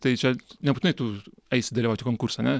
tai čia nebūtinai tu eisi dalyvaut į konkursą